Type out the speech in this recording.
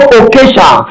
occasion